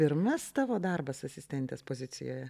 pirmas tavo darbas asistentės pozicijoje